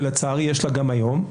ולצערי יש לה גם היום,